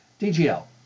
DGL